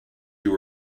you